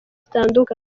zitandukanye